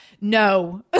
no